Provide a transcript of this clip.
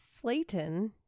Slayton